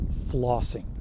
flossing